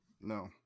No